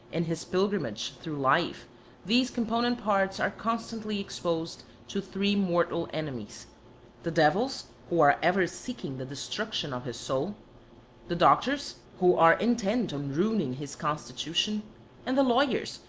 in his pilgrimage through life these component parts are constantly exposed to three mortal enemies the devils, who are ever seeking the destruction of his soul the doctors, who. are intent on ruining his constitution and the lawyers,